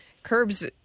Curbs